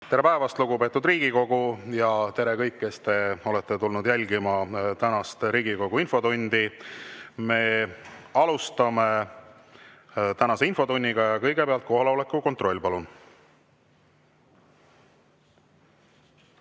Tere päevast, lugupeetud Riigikogu! Ja tere kõik, kes te olete tulnud jälgima tänast Riigikogu infotundi! Me alustame tänast infotundi. Kõigepealt kohaloleku kontroll, palun!